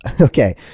Okay